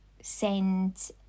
send